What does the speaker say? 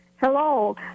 Hello